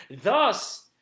Thus